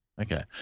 Okay